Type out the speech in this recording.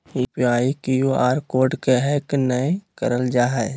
UPI, QR आर कोड के हैक नयय करल जा हइ